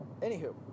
Anywho